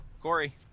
Corey